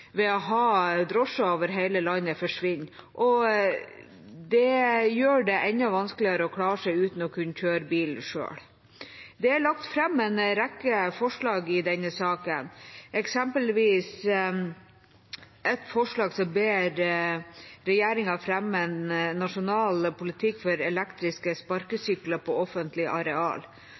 ved å ha drosjer over hele landet, forsvinner. Det gjør det enda vanskeligere å klare seg uten å kunne kjøre bil selv. Det er lagt fram en rekke forslag i denne saken, eksempelvis et forslag som ber regjeringa fremme en nasjonal politikk for elektriske sparkesykler på offentlig areal.